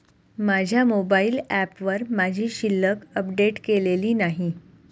माझ्या मोबाइल ऍपवर माझी शिल्लक अपडेट केलेली नाही